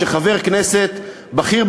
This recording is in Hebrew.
שחבר כנסת בכיר,